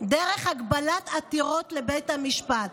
דרך הגבלת עתירות לבית המשפט